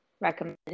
recommend